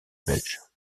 belge